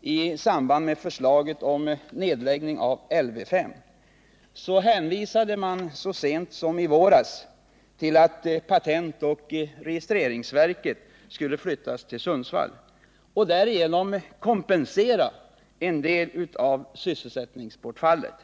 i samband med förslaget om nedläggning av Lv 5 hänvisades vi, så sent som i våras, till att patentoch registreringsverket skulle flytta till Sundsvall och därigenom kompensera en del av sysselsättningsbortfallet.